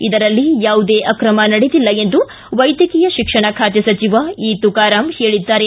ಇದರಲ್ಲಿ ಯಾವುದೇ ಅಕ್ರಮ ನಡೆದಿಲ್ಲ ಎಂದು ವೈದ್ಯಕೀಯ ಶಿಕ್ಷಣ ಖಾತೆ ಸಚಿವ ಇ ತುಕಾರಾಮ್ ಹೇಳಿದ್ದಾರೆ